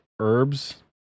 herbs